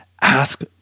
ask